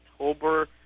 October